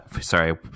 Sorry